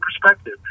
perspective